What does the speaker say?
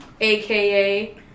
aka